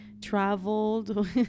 traveled